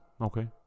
Okay